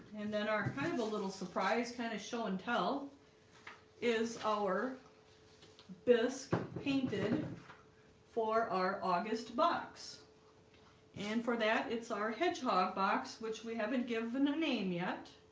and then our kind of a little surprise kind of show and tell is our bisque painted for our august box and for that it's our hedgehog box, which we haven't given a name yet